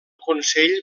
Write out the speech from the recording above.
consell